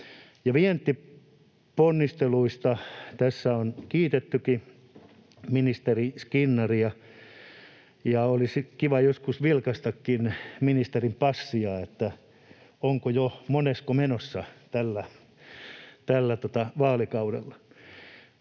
Vientiponnisteluista on kiitettykin ministeri Skinnaria. Olisi kiva joskus vilkaistakin ministerin passia: monesko on jo menossa tällä vaalikaudella?